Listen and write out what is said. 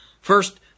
First